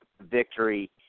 victory